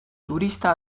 turista